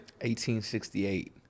1868